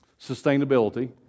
sustainability